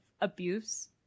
abuse